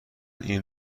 این